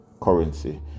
currency